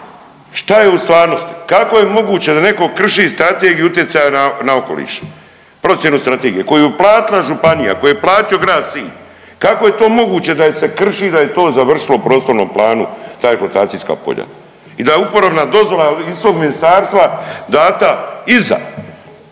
šta je u stvarnosti? Kako je moguće da neko krši Strategiju utjecaja na okoliš, procjenu strategije koju je platila županija, koju je platio grad Sinj, kako je to moguće da je se krši, da je to završilo u prostornom planu ta eksploatacijska polja i da je uporabna dozvola iz tog ministarstva data iza